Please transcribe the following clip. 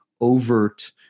overt